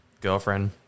girlfriend